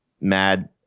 mad